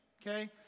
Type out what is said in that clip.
okay